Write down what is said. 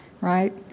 right